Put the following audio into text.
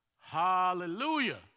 Hallelujah